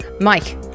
Mike